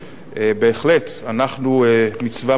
מצווה מוסרית